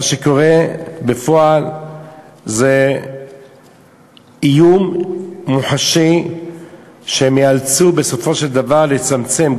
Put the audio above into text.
מה שקורה בפועל זה איום מוחשי שהם ייאלצו בסופו של דבר לצמצם,